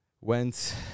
went